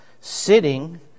sitting